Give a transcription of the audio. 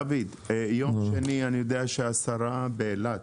דוד, אני יודע שביום שני השרה באילת,